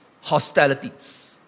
Hostilities